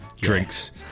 drinks